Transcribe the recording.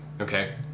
Okay